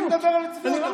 אני מדבר על צביעות,